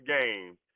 game